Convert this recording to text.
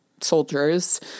soldiers